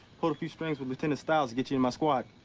pulled a few strings with lieutenant styles to get you in my squad.